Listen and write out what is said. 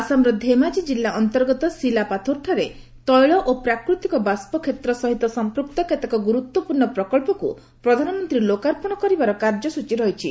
ଆସାମର ଧେମାଜି କିଲ୍ଲା ଅନ୍ତର୍ଗତ ଶିଲାପାଥୋରଠାରେ ତେଳ ଓ ପ୍ରାକୃତିକ ବାଷ୍ପ କ୍ଷେତ୍ର ସହିତ ସମ୍ପୃକ୍ତ କେତେକ ଗୁରୁତ୍ୱପୂର୍ଣ୍ଣ ପ୍ରକଳ୍ପକୁ ପ୍ରଧାନମନ୍ତ୍ରୀ ଲୋକାର୍ପଣ କରିବାର କାର୍ଯ୍ୟସ୍ଟଚୀ ରହିଛି